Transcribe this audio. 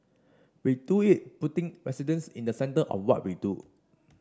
we do it putting residents in the centre of what we do